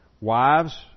wives